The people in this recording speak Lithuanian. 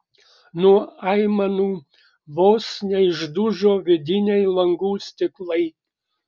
nuo aimanų vos neišdužo vidiniai langų stiklai